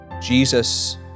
Jesus